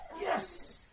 Yes